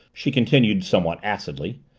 she continued some what acidly,